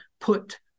put